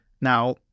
now